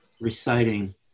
reciting